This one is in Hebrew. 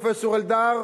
פרופסור אלדד,